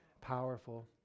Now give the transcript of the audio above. powerful